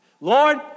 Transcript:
Lord